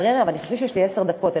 חשבתי שיש לי עשר דקות,